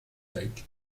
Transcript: deckt